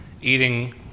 Eating